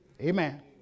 Amen